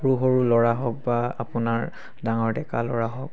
সৰু সৰু ল'ৰা হওক বা আপোনাৰ ডাঙৰ ডেকা ল'ৰা হওক